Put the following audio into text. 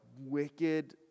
wicked